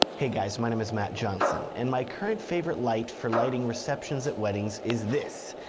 hey guys, my name is matt johnson and my current favorite light for lighting receptions at weddings is this,